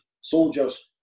soldiers